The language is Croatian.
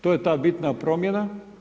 To je ta bitna promjena.